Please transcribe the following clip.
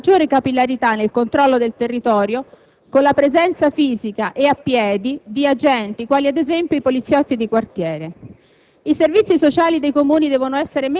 È poi necessaria una maggiore capillarità nel controllo del territorio, con la presenza fisica e a piedi di agenti, quali ad esempio i poliziotti di quartiere.